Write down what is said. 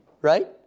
Right